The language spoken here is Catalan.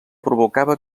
provocava